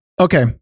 okay